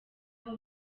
aho